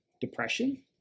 depression